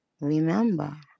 remember